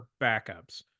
backups